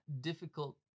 difficult